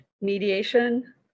mediation